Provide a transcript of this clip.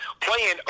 playing